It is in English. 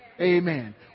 Amen